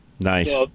Nice